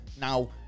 Now